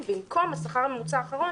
במקום השכר הממוצע האחרון